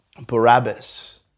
Barabbas